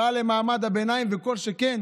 רע למעמד הביניים וכל שכן